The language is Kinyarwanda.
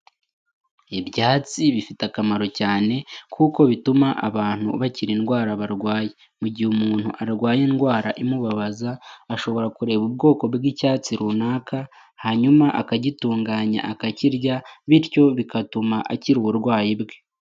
Ibyatsi bifite akamaro cyane kuko bituma abantu bakira indwara barwaye, mu gihe umuntu arwaye indwara imubabaza ashobora kureba ubwoko bw'icyatsi runaka, hanyuma akagitunganya akakirya, bityo bigatuma akira uburwayi bwe.